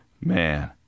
man